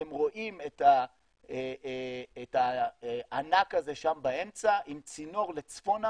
אתם רואים את הענק הזה שם באמצע עם צינור לצפון הארץ.